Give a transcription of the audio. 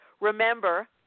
remember